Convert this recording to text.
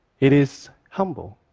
it is humble.